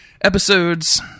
episodes